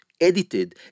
edited